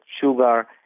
sugar